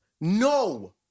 No